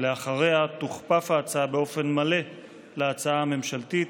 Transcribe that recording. ואחריה תוכפף ההצעה באופן מלא להצעה הממשלתית,